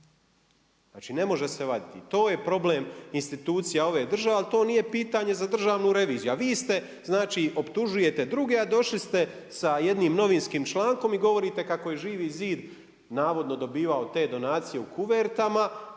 Znači ne može se vaditi. To je problem institucija ove države, ali to nije pitanje za Državnu reviziju, a vi ste znači optužujete druge, a došli ste sa jednim novinskim člankom i govorite kako je Živi zid navodno dobivao te donacije u kuvertama,